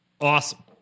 awesome